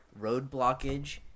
roadblockage